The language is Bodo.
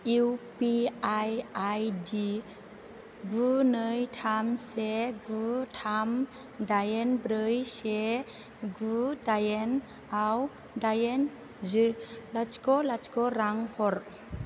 इउपिआई आईडि गु नै थाम से गु थाम दाइन ब्रै से गु दाइनआव दाइन जि लाथिख' लाथिख' रां हर